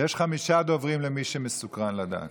יש חמישה דוברים, למי שסקרן לדעת.